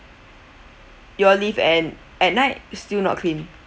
you all leave and at night still not clean